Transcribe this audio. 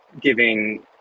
giving